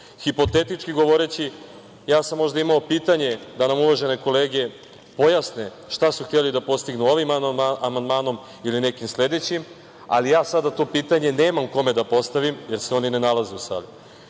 Hipotetički govoreći, ja sam možda imao pitanje da nam uvažene kolege pojasne šta su hteli da postignu ovim amandmanom ili nekim sledećim, ali ja sada to pitanje nemam kome da postavim jer se oni ne nalaze u sali. Kako